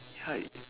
ya